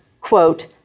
quote